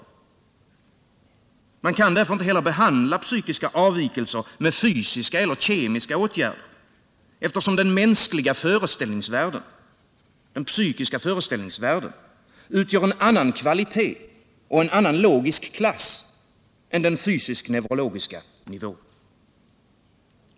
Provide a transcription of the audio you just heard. Man kan därför inte heller behandla psykiska avvikelser med fysiska eller kemiska åtgärder, eftersom den mänskliga psykiska föreställningsvärlden utgör en annan kvalitet och en annan logisk klass än den fysisk-neurologiska nivån.